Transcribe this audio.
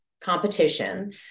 competition